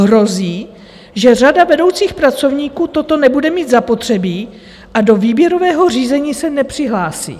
Hrozí, že řada vedoucích pracovníků toto nebude mít zapotřebí a do výběrového řízení se nepřihlásí.